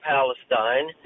Palestine